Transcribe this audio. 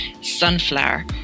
sunflower